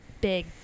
big